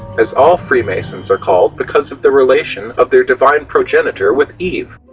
as all free masons are called because of the relation of their divine progenitor with eve.